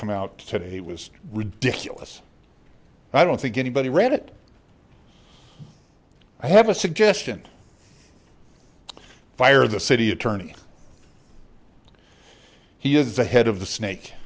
come out today he was ridiculous i don't think anybody read it i have a suggestion fire the city attorney he is a head of the snake